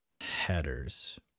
headers